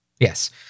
Yes